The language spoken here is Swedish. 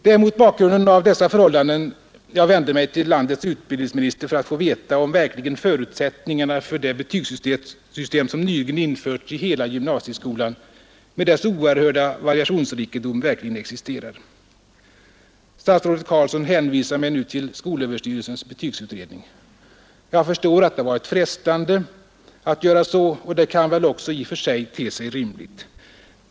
Det är mot bakgrunden av detta förhållande jag vände mig till landets utbildningsminister för att få veta, om förutsättningarna för det betygssystem som nyligen genomförts i hela gymnasieskolan med dess oerhörda variationsrikedom verkligen existerar. Statsrädet Carlsson hänvisar mig nu till skolöverstyrelsens betygsutredning. Jag förstar att det har varit frestande att göra så, och det kan väl också i och för sig te sig rimligt.